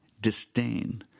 disdain